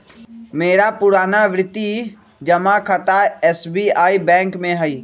मेरा पुरनावृति जमा खता एस.बी.आई बैंक में हइ